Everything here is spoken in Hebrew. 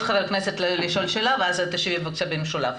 חבר כנסת לשאול שאלה ואז תשיבי במשולב.